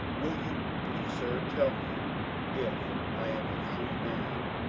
will you please, sir, tell me if i am a free man?